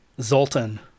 Zoltan